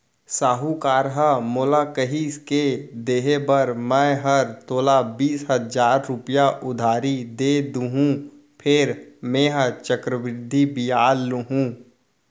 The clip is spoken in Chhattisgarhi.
साहूकार ह मोला कहिस के देहे बर मैं हर तोला बीस हजार रूपया उधारी दे देहॅूं फेर मेंहा चक्रबृद्धि बियाल लुहूं